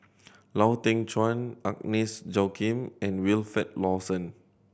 Lau Teng Chuan Agnes Joaquim and Wilfed Lawson